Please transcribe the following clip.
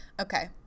Okay